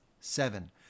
Seven